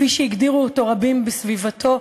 כפי שהגדירו אותו רבים בסביבתו,